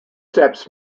steps